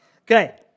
Okay